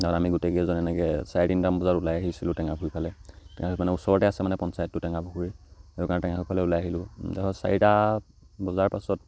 আমি গোটেইকেইজন এনেকৈ চাৰে তিনিটামান বজাত ওলাই আহিছিলোঁ টেঙাপুখুৰীফালে টেঙাপুখুৰী ওচৰতে আছে মানে পঞ্চায়তটো টেঙাপুখুৰী সেইকাৰণে টেঙাপুখুৰীফালে ওলাই আহিলোঁ ধৰক চাৰিটা বজাৰ পাছত